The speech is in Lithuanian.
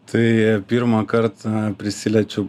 tai pirmąkart prisiliečiau